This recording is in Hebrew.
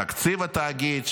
תקציב התאגיד,